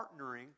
partnering